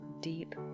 deep